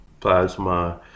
plasma